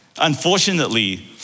Unfortunately